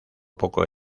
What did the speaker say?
poco